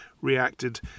reacted